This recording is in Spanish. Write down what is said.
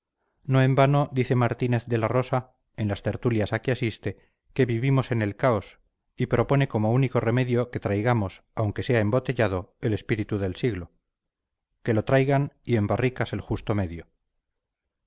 no en vano dice martínez de la rosa en las tertulias a que asiste que vivimos en el caos y propone como único remedio que traigamos aunque sea embotellado el espíritu del siglo que lo traigan y en barricas el justo medio